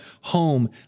home